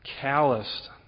calloused